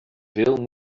veel